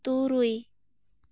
ᱛᱩᱨᱩᱭ